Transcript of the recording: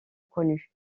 connu